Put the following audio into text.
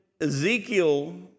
Ezekiel